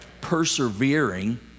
persevering